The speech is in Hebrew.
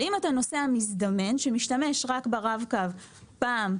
אם אתה נוסע מזדמן שמשתמש ברב קו פעם,